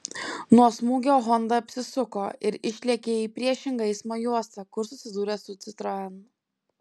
nuo smūgio honda apsisuko ir išlėkė į priešingą eismo juostą kur susidūrė su citroen